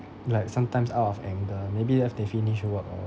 like sometimes out of anger maybe ya they finish work or